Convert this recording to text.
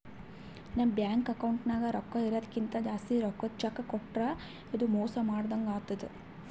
ನಮ್ ಬ್ಯಾಂಕ್ ಅಕೌಂಟ್ದಾಗ್ ರೊಕ್ಕಾ ಇರದಕ್ಕಿಂತ್ ಜಾಸ್ತಿ ರೊಕ್ಕದ್ ಚೆಕ್ಕ್ ಕೊಟ್ರ್ ಅದು ಮೋಸ ಮಾಡದಂಗ್ ಆತದ್